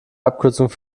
abkürzung